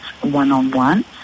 one-on-one